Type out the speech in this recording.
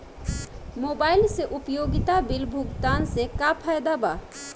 Mobile से उपयोगिता bill भुगतान से का फायदा बा?